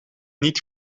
niet